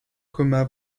coma